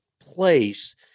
place